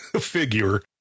figure